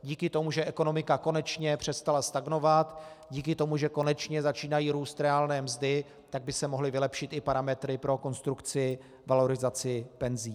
Díky tomu, že ekonomika konečně přestala stagnovat, díky tomu, že konečně začínají růst reálné mzdy, tak by se mohly vylepšit i parametry pro konstrukci valorizace penzí.